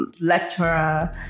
lecturer